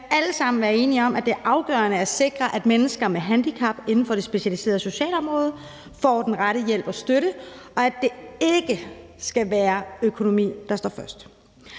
Vi kan alle sammen være enige om, at det er afgørende at sikre, at mennesker med handicap inden for det specialiserede socialområde får den rette hjælp og støtte, og at det ikke skal være økonomien, der står først.